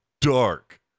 dark